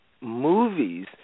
movies